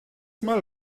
mal